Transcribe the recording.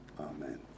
Amen